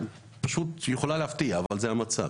שעלולה להפתיע אבל זה המצב.